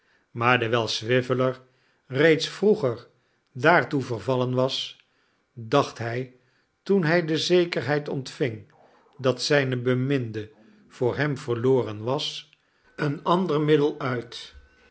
maar dewijl swiveller reeds vroeger daartoe vervallen was dacht hij toen hij de zekerheid ontving dat zijne beminde voor hem verloren was een ander middel uit